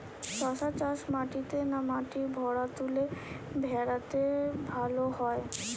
শশা চাষ মাটিতে না মাটির ভুরাতুলে ভেরাতে ভালো হয়?